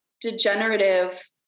degenerative